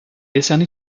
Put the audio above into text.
décerné